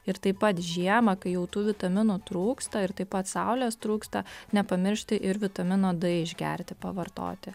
ir taip pat žiemą kai jau tų vitaminų trūksta ir taip pat saulės trūksta nepamiršti ir vitamino d išgerti pavartoti